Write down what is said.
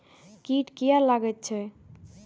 कीट किये लगैत छै?